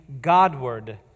Godward